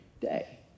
day